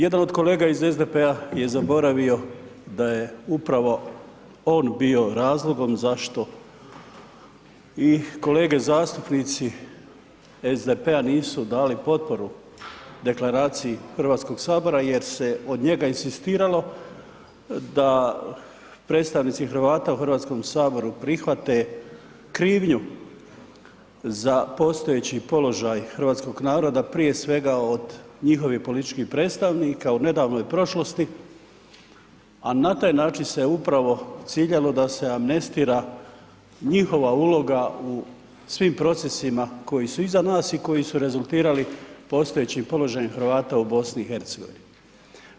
Jedan od kolega iz SDP-a je zaboravio da je upravo on bio razlogom zašto i kolege zastupnici SDP-a nisu dali potporu deklaraciji Hrvatskog sabora jer se od njega inzistiralo da predstavnici Hrvata u Hrvatskom saboru prihvate krivnju za postojeći položaj hrvatskog naroda prije svega od njihovih političkih predstavnika o nedavnoj prošlosti a na taj način se upravo ciljalo da se amnestira njihova uloga svim procesima koji su iza nas i koji su rezultirali postojećim položajem Hrvata u BiH-u.